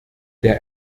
der